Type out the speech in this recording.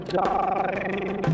die